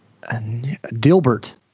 Dilbert